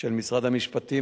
של משרד המשפטים,